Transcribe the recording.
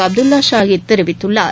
அப்துல்லா ஷகித் தெரிவித்துள்ளார்